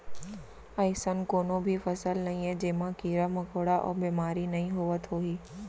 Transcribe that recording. अइसन कोनों भी फसल नइये जेमा कीरा मकोड़ा अउ बेमारी नइ होवत होही